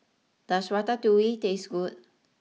does Ratatouille taste good